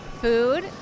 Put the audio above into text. food